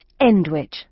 Endwich